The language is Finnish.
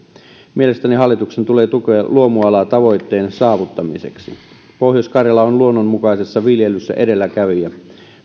mielestäni hallituksen tulee tukea luomualaa tavoitteen saavuttamiseksi pohjois karjala on luonnonmukaisessa viljelyssä edelläkävijä